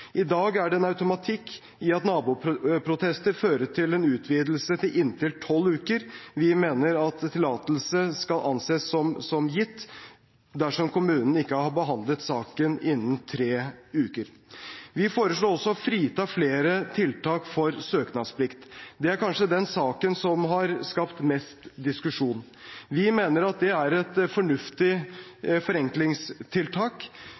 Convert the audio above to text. I dag er det en automatikk i at naboprotester fører til en utvidelse til inntil tolv uker. Vi mener at tillatelse skal anses som gitt dersom kommunen ikke har behandlet saken innen tre uker. Vi foreslår også å frita flere tiltak for søknadsplikt. Det er kanskje den saken som har skapt mest diskusjon. Vi mener at det er et fornuftig